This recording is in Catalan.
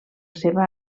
seva